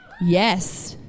Yes